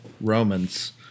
Romans